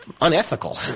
unethical